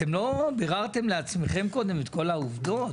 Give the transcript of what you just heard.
אתם לא ביררתם לעצמכם קודם את כל העובדות?